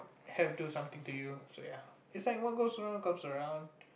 have do something to you so ya it's like what goes around comes around